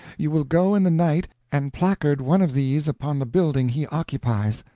you will go in the night and placard one of these upon the building he occupies,